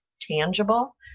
tangible